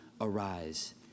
arise